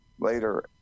later